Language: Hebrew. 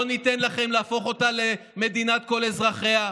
לא ניתן לכם להפוך אותה למדינת כל אזרחיה.